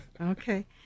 Okay